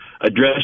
address